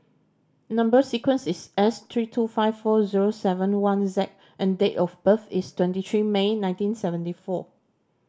number sequence is S three two five four zero seven one Z and date of birth is twenty three May nineteen seventy four